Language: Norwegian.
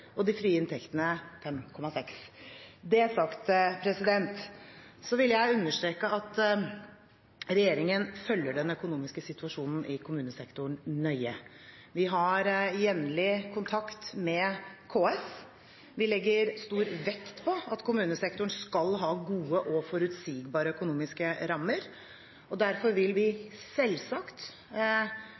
og de frie inntektene med 5,6 mrd. kr. Det sagt, vil jeg understreke at regjeringen følger den økonomiske situasjonen i kommunesektoren nøye. Vi har jevnlig kontakt med KS. Vi legger stor vekt på at kommunesektoren skal ha gode og forutsigbare økonomiske rammer. Derfor vil vi selvsagt